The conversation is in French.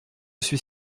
suis